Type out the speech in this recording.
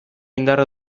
indarra